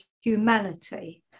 humanity